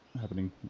happening